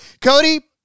Cody